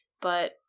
But-